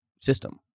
system